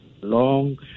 long